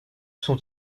son